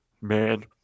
Man